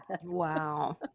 wow